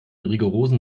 rigorosen